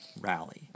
Rally